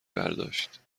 برداشت